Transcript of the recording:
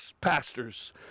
pastors